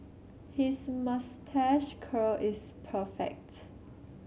his moustache curl is perfects